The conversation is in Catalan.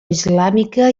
islàmica